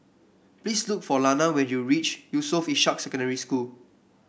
please look for Lana when you reach Yusof Ishak Secondary School